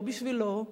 לא בשבילו,